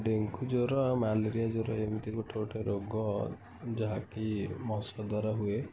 dengue ଜ୍ୱର ଆଉ malaria ଜ୍ୱର ଏମିତି ଗୋଟେ ଗୋଟେ ରୋଗ ଯାହାକି ମଶା ଦ୍ୱାରା ହୁଏ